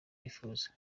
yipfuza